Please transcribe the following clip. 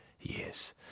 years